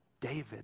David